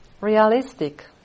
realistic